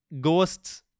ghosts